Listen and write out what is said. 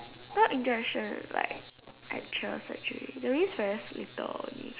what injection like actual surgery they'll use very little only